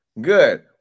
Good